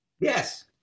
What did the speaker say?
yes